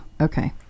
okay